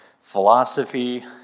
philosophy